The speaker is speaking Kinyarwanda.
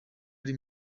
ari